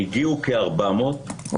הגיעו כ-400,